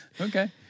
Okay